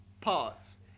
parts